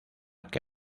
que